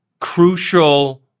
crucial